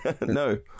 No